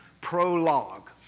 Prologue